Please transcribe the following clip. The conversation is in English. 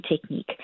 technique